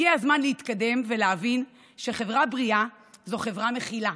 הגיע הזמן להתקדם ולהבין שחברה בריאה זאת חברה מכילה,